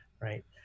right